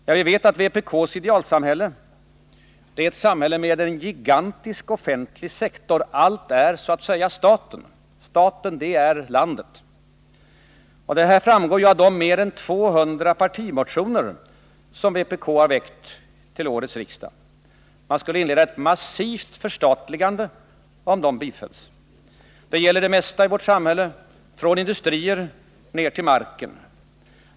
Ja, vi vet att vpk:s idealsamhälle är ett samhälle med en gigantisk offentlig sektor. Allt är så att säga staten, staten det är landet. Vad som skulle hända framgår av de mer än 200 partimotioner som vpk har väckt till årets riksdag. Man skulle inleda ett massivt förstatligande, om dessa motioner bifölls. Det gäller det mesta i vårt samhälle från industrier ner till marken.